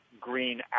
green